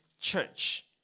church